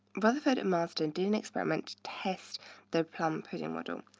rutherford and marsden did an experiment to test the plum pudding model.